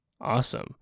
Awesome